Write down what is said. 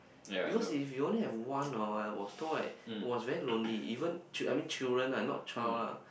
because if you only have one orh I was told like it was very lonely even chil~ I mean children ah not child lah